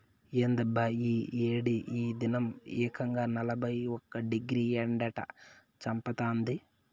ఏందబ్బా ఈ ఏడి ఈ దినం ఏకంగా నలభై ఒక్క డిగ్రీ ఎండట చంపతాంది